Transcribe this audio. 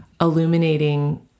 illuminating